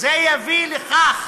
זה יביא ליתר